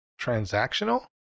transactional